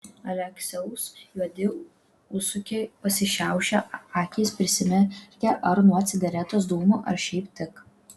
aleksiaus juodi ūsiukai pasišiaušia akys prisimerkia ar nuo cigaretės dūmų ar šiaip tik